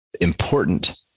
important